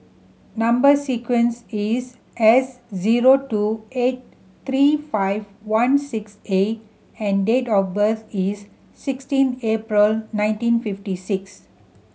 number sequence is S zero two eight three five one six A and date of birth is sixteen April nineteen fifty six